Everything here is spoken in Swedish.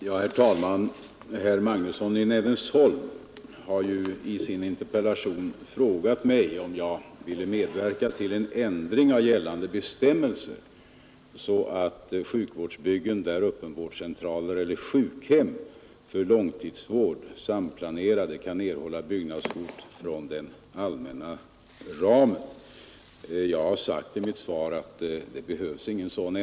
Herr talman! Herr Magnusson i Nennesholm har i sin interpellation frågat om jag vill medverka till en ändring av gällande bestämmelser, så att sjukvårdsbyggen där öppenvärdscentraler eller sjukhem för långtidsvård är samplanerade kan erhålla byggnadskvot från den allmänna ramen. På det har jag svarat att det inte behövs någon ändring.